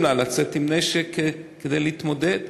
קוראים אפילו לאוכלוסייה לצאת עם נשק כדי להתמודד,